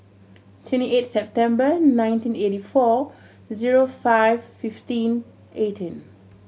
twenty eight September nineteen eighty four zero five fifteen eighteen